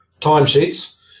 timesheets